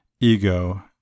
ego